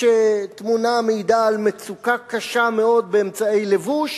כשהתמונה מעידה על מצוקה קשה מאוד באמצעי לבוש,